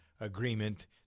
agreement